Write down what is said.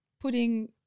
putting